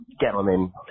Gentlemen